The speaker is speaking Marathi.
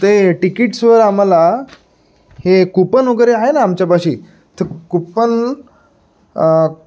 ते तिकीट्सवर आम्हाला हे कूपन वगैरे आहे ना आमच्यापाशी तर कुपन